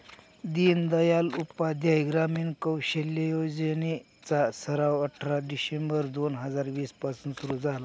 दीनदयाल उपाध्याय ग्रामीण कौशल्य योजने चा सराव अठरा डिसेंबर दोन हजार वीस पासून सुरू झाला